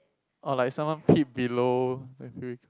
or like someone peep below the